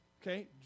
Okay